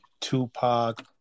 Tupac